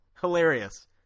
Hilarious